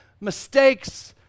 mistakes